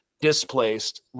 displaced